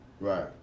Right